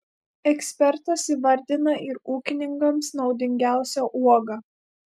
ekspertas įvardina ir ūkininkams naudingiausią uogą